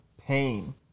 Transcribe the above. pain